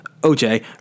OJ